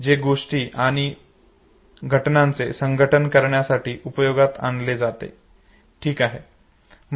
जे गोष्टी किंवा घटनांचे संघटन करण्यासाठी उपयोगात आणले जाते ठीक आहे